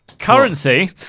Currency